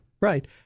right